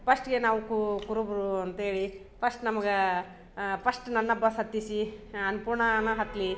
ಪಸ್ಟುಗೆ ನಾವು ಕುರುಬೂರು ಅಂತೇಳಿ ಪಸ್ಟ್ ನಮ್ಗೆ ಪಸ್ಟ್ ನನ್ನ ಬಸ್ ಹತ್ತಿಸಿ ಅನ್ನಪೂರ್ಣನ ಹತ್ಲಿ